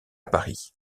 paris